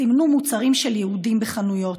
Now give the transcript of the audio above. סימנו מוצרים של יהודים בחנויות.